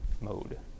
mode